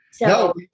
No